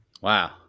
Wow